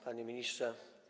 Panie Ministrze!